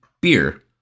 beer